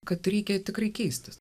kad reikia tikrai keistis